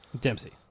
Dempsey